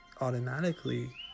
automatically